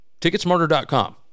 ticketsmarter.com